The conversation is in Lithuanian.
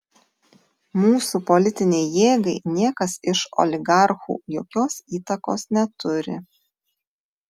mūsų politinei jėgai niekas iš oligarchų jokios įtakos neturi